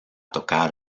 tocar